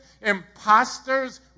imposters